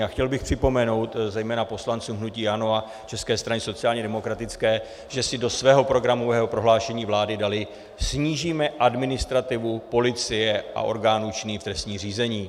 A chtěl bych připomenout zejména poslancům hnutí ANO a České straně sociálně demokratické, že si do svého programového prohlášen vlády dali: snížíme administrativu policie a orgánů činných v trestním řízení.